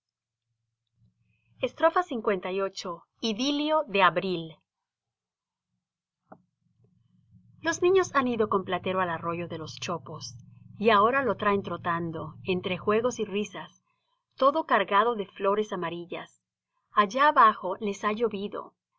lviii idilio de abril los niños han ido con platero al arroyo de los chopos y ahora lo traen trotando entre juegos y risas todo cargado de flores amarillas allá abajo les ha